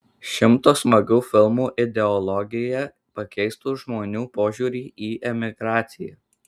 šimto smagių filmų ideologija pakeistų žmonių požiūrį į emigraciją